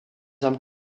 armes